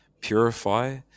purify